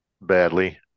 badly